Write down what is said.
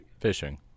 Fishing